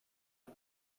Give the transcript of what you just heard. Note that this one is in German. ein